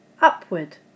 upward